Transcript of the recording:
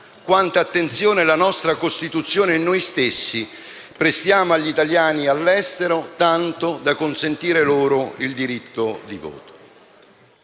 quanta attenzione la nostra Costituzione e noi stessi prestiamo agli italiani all'estero, tanto da consentire loro il diritto di voto.